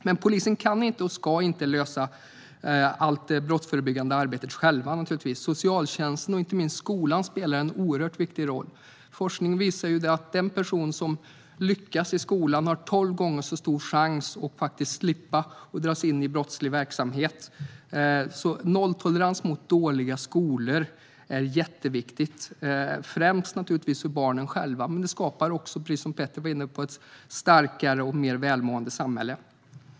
Men polisen kan inte och ska inte själv lösa allt brottsförebyggande arbete. Socialtjänsten och inte minst skolan spelar en oerhört viktig roll. Forskning visar att den som lyckas i skolan har 12 gånger så stor chans att slippa dras in i brottslig verksamhet. Nolltolerans mot dåliga skolor är därför jätteviktigt - främst naturligtvis för barnen själva men också för att det, precis som Petter var inne på, skapar ett starkare och mer välmående samhälle.